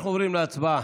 אנחנו עוברים להצבעה,